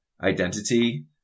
identity